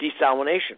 desalination